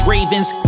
Ravens